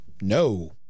No